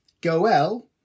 Goel